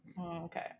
Okay